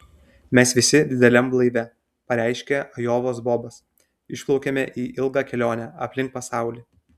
mes visi dideliam laive pareiškė ajovos bobas išplaukiame į ilgą kelionę aplink pasaulį